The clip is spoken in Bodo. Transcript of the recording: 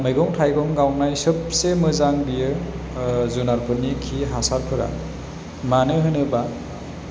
मैगं थाइगं गावनाय सोबसे मोजां बियो जुनातफोरनि खि हासारफोरा मानो होनोबा